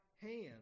hand